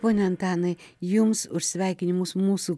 pone antanai jums už sveikinimus mūsų